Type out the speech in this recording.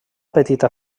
petita